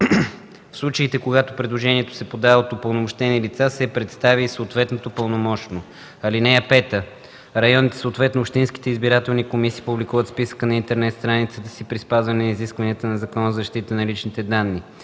В случаите, когато предложението се подава от упълномощени лица се представя и съответното пълномощно. (5) Районните, съответно общинските избирателни комисии публикуват списъка на интернет страницата си при спазване изискванията на Закона за защита на личните данни.